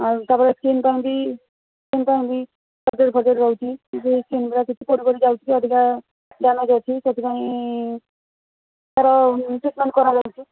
ଆଉ ତାପରେ ସ୍କିନ୍ ପାଇଁ ବି ସ୍କିନ୍ ପାଇଁ ବି ସର୍ଜରୀ ଫର୍ଜରୀ ରହୁଛି ଅଧିକା ସେଥିପାଇଁ ତାର ଟ୍ରିଟମେଣ୍ଟ୍ କରାଯାଉଛି